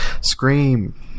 Scream